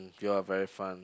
if you'll very fun